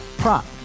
prop